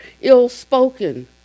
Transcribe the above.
ill-spoken